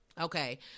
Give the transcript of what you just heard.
Okay